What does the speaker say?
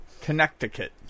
Connecticut